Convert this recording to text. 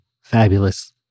fabulous